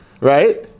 right